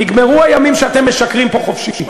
נגמרו הימים שאתם משקרים פה חופשי.